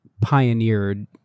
pioneered